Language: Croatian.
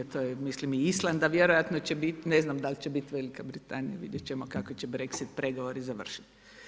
To je mislim i Island, a vjerojatno će biti, ne znam da li će biti Velika Britanija, vidjeti ćemo kako će BREXIT pregovori završiti.